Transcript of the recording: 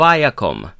Viacom